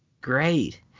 Great